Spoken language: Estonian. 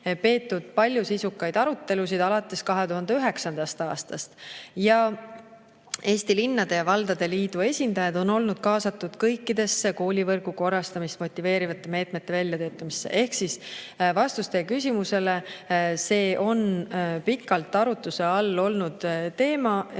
palju sisukaid arutelusid alates 2009. aastast. Eesti Linnade ja Valdade Liidu esindajad on olnud kaasatud kõikidesse koolivõrgu korrastamist motiveerivate meetmete väljatöötamisse. Ehk siis vastus teie küsimusele: see on pikalt arutluse all olnud teema ja